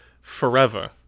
forever